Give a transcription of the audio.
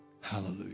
Hallelujah